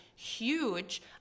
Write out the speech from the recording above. huge